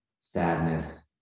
sadness